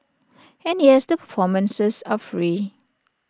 and yes the performances are free